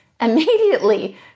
immediately